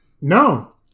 No